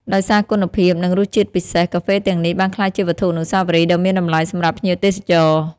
ដោយសារគុណភាព និងរសជាតិពិសេស កាហ្វេទាំងនេះបានក្លាយជាវត្ថុអនុស្សាវរីយ៍ដ៏មានតម្លៃសម្រាប់ភ្ញៀវទេសចរ។